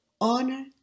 honor